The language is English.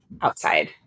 outside